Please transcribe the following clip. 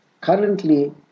Currently